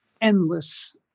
endless